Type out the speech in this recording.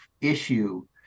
issue